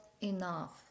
enough